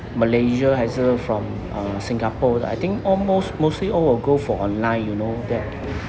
malaysia 还是 from uh singapore 的 I think almost mostly all will go for online you know that